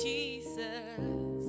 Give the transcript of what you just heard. Jesus